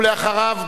ואחריו,